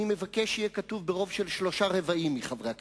אני מבקש שיהיה כתוב: "ברוב של שלושה-רבעים מחברי הכנסת".